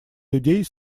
людей